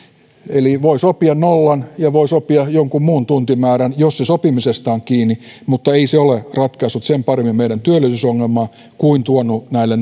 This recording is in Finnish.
eli voi sopia nollan ja voi sopia jonkin muun tuntimäärän jos se sopimisesta on kiinni mutta ei se ole ratkaisu sen paremmin meidän työllisyysongelmaan kuin tuonut näille